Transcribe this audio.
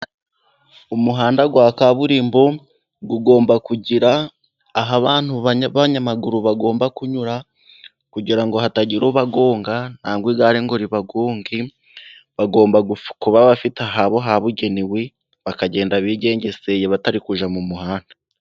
umuhanda wa kaburimbo ugomba kugira aho abanyamaguru bagomba kunyura kugira ngo hatagira ubagonga , cyangwa igare ngo ribagonge bagomba kuba bafite ahabo habugenewe bakagenda bigengeseye batari mu muhanda.